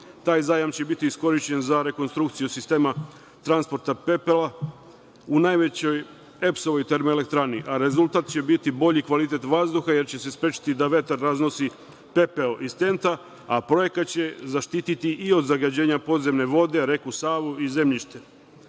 Taj zajam će biti iskorišćen za rekonstrukciju sistema transporta pepela u najvećoj EPS-ovoj termoelektrani, a rezultat će biti bolji kvalitet vazduha, jer će se sprečiti da vetar raznosi pepeo iz TENT-a, a ponekad će zaštiti i od zagađenja podzemne vode, reku Savu i zemljište. Zajam